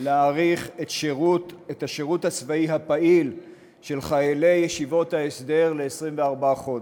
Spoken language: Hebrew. להאריך את השירות הצבאי הפעיל של חיילי ישיבות ההסדר ל-24 חודש.